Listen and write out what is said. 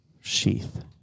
Sheath